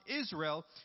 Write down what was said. Israel